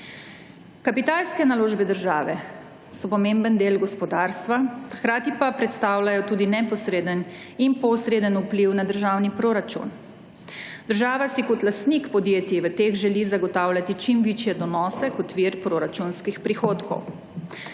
Kapitalske naložbe države so pomemben del gospodarstva, hkrati pa predstavljajo tudi neposreden in posreden vpliv na državni proračun. Država si kot lastnik podjetij v teh želi zagotavljati čim višje donose kot vir proračunskih prihodkov.